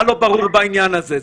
מה לא ברור בעניין הזה?